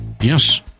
yes